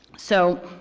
so,